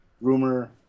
rumor